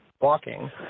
walking